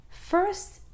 first